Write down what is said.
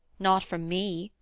not from me,